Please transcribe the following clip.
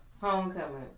homecoming